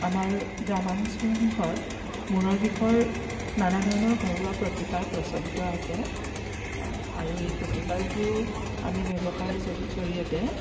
আমাৰ গ্ৰাম্যাঞ্চলসমূহত মূৰৰ বিষৰ নানা ধৰণৰ ঘৰুৱা প্ৰতিকাৰ প্ৰচলিত আছে আৰু এই প্ৰতিকাৰবোৰ আমি ব্যৱহাৰ জ জৰিয়তে